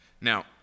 Now